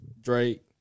Drake